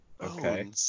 Okay